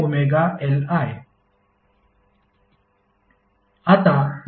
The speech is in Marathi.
VjωLI आता jωL काय आहे